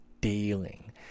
dealing